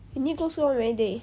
you need go school how many day